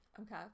Okay